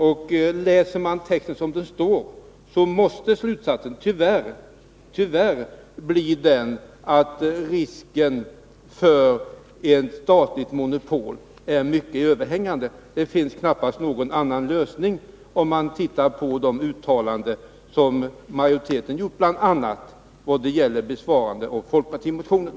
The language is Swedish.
Och läser man texten som den står måste slutsatsen tyvärr bli den att risken för ett statligt monopol är mycket överhängande. Det finns knappast någon annan lösning, om man ser på de uttalanden som utskottsmajoriteten har gjort, bl.a. vad gäller besvarandet av folkpartimotionen.